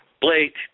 Blake